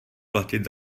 platit